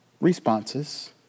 responses